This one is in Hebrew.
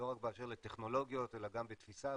לא רק באשר לטכנולוגיות אלא גם בתפיסה,